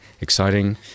exciting